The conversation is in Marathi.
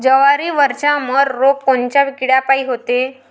जवारीवरचा मर रोग कोनच्या किड्यापायी होते?